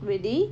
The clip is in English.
really